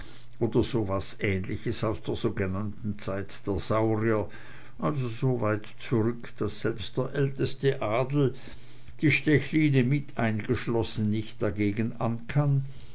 oder so was ähnliches aus der sogenannten zeit der saurier also so weit zurück daß selbst der älteste adel die stechline mit eingeschlossen nicht dagegen ankann